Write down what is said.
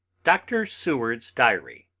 dr. seward's diary